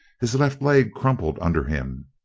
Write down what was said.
his left leg crumpled under him.